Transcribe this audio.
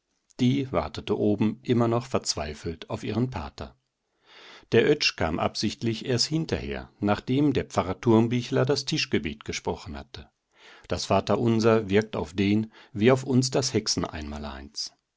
die wartete oben immer noch verzweifelt auf ihren pater der oetsch kam absichtlich erst hinterher nachdem der pfarrer thurmbichler das tischgebet gesprochen hatte das vaterunser wirkt auf den wie auf uns das hexen einmaleins